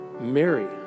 Mary